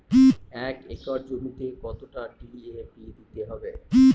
এক একর জমিতে কতটা ডি.এ.পি দিতে হবে?